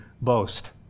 boast